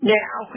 now